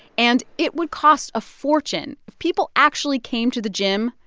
and it would cost a fortune. if people actually came to the gym,